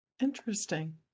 interesting